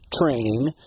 training